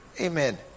Amen